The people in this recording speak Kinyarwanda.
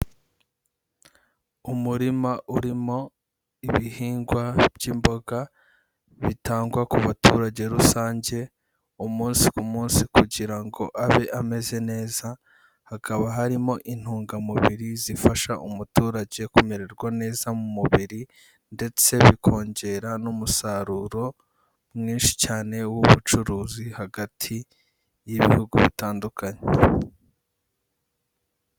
Umurima urimo ibihingwa by'imboga bitangwa ku baturage rusange, umunsi ku munsi kugira ngo abe ameze neza, hakaba harimo intungamubiri zifasha umuturage kumererwa neza mu mubiri ndetse bikongera n'umusaruro mwinshi cyane w'ubucuruzi hagati y'ibihugu bitandukanye.